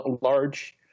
large